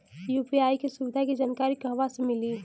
UPI के सुविधा के जानकारी कहवा से मिली?